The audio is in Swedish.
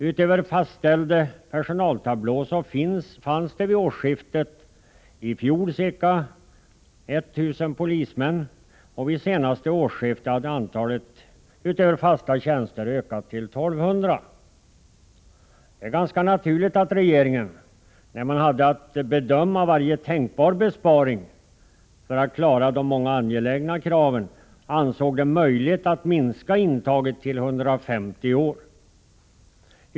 Utöver fastställd personaltablå fanns det vid årsskiftet i fjol ca 1 000 polismän. Vid det senaste årsskiftet hade antalet utöver fasta tjänster ökat till ca 1 200. Det är ganska naturligt att regeringen, när den hade att bedöma varje tänkbar besparing för att kunna klara av att tillgodose de många angelägna kraven, ansåg det möjligt att minska intaget till 150 i år.